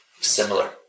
similar